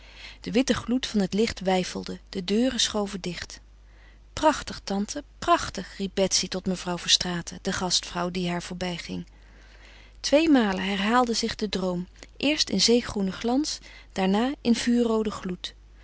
de witte gloed van het licht weifelde de deuren schoven dicht prachtig tante prachtig riep betsy tot mevrouw verstraeten de gastvrouw die haar voorbij ging tweemalen herhaalde zich de droom eerst in zeegroenen glans daarna in vuurrooden gloed